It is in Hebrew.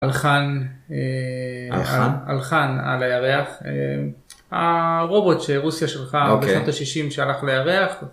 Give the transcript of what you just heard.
הלחן על הירח, הרובוט שרוסיה שלך בשנות ה-60 שהלך לירח.